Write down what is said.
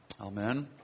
Amen